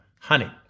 honey